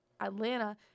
Atlanta